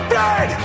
dead